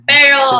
Pero